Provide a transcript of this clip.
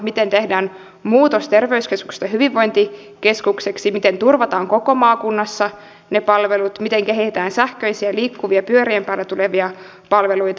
miten tehdään muutos terveyskeskuksesta hyvinvointikeskukseksi miten turvataan koko maakunnassa ne palvelut miten kehitetään sähköisiä liikkuvia pyörien päällä tulevia palveluita